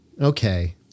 Okay